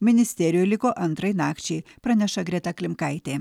ministerijoj liko antrai nakčiai praneša greta klimkaitė